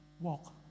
walk